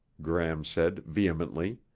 gram said vehemently.